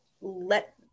let